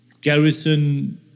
garrison